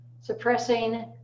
suppressing